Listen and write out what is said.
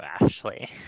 Ashley